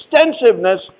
extensiveness